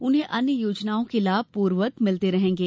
उन्हें अन्य योजनाओं के लाभ पूर्ववत मिलते रहेंगे